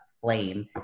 flame